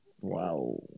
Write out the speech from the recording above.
Wow